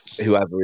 whoever